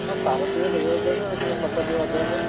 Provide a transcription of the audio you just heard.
ହଁ ସାର ଟିକେ ଦେବେ ଯଦି ଦେବେ ନହେଲେ ଖତ ଟିକେ ଅଧିକା ଦେବେ